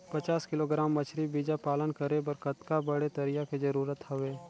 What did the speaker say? पचास किलोग्राम मछरी बीजा पालन करे बर कतका बड़े तरिया के जरूरत हवय?